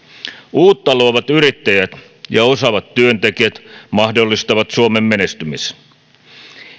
uutta luovat yrittäjät ja osaavat työntekijät mahdollistavat suomen menestymisen